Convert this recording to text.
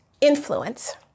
influence